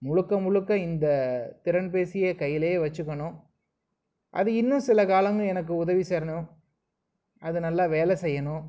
முழுக்க முழுக்க இந்த திறன்பேசியை கைலேயே வச்சுக்கணும் அது இன்னும் சில காலம் எனக்கு உதவி சேரணும்